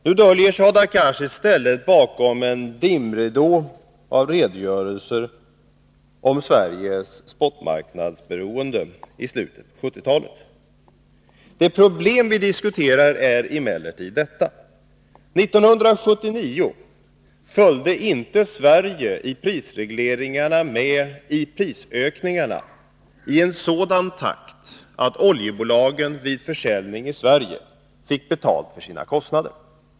Nu döljer sig Hadar Cars i stället bakom en dimridå av redogörelser om Sveriges spotmarknadsberoende i slutet av 1970-talet. Det problem vi diskuterar är emellertid detta: 1979 följde Sverige på grund av prisregleringarna inte med i oljeprisökningarna i en sådan takt att oljebolagen vid försäljning i Sverige fick betalt för sina kostnader.